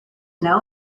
know